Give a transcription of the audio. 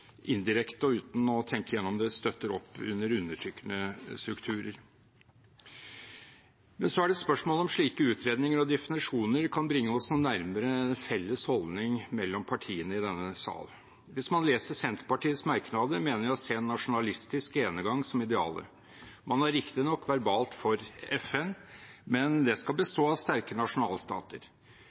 indirekte og uten å tenke gjennom det støtter opp under undertrykkende strukturer. Så er det et spørsmål om slike utredninger og definisjoner kan bringe oss noe nærmere en felles holdning mellom partiene i denne sal. Hvis man leser Senterpartiets merknader, mener jeg å se en nasjonalistisk alenegang som idealet. Man er riktignok verbalt for FN, men det skal bestå av sterke nasjonalstater.